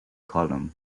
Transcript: column